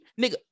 nigga